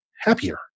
happier